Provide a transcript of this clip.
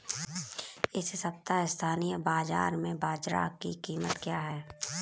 इस सप्ताह स्थानीय बाज़ार में बाजरा की कीमत क्या है?